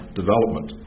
development